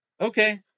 Okay